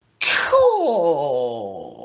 Cool